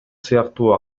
сыяктуу